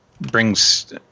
brings